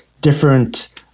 different